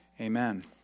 Amen